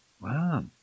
Wow